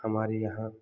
हमारे यहाँ